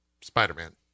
Spider-Man